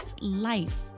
life